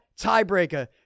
tiebreaker